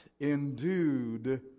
endued